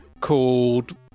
called